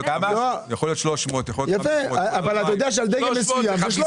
יכול להיות 500. אבל אתה יודע שבדגם מסוים זה 300